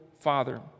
father